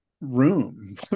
room